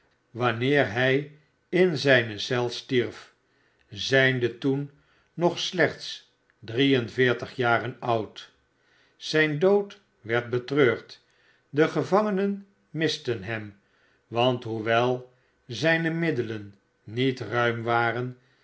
wanneer hij in zijne eel stierf zijnde toen nog slechts drie en veertig jaren oud zijn dood werd betreurd de gevangenen misten hem want hoewel zijne middelen niet ruim waren